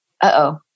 uh-oh